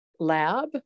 lab